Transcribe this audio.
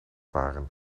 waren